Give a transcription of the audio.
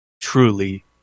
truly